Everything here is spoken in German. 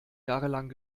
jahrelang